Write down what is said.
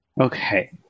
Okay